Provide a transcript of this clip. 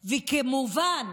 וכמובן,